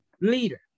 leader